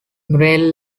grail